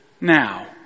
Now